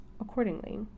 accordingly